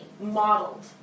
modeled